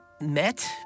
met